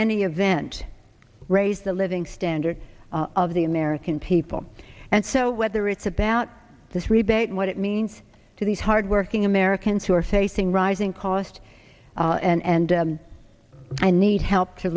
any event raise the living standards of the american people and so whether it's about this rebate and what it means to these hardworking americans who are facing rising cost and i need help to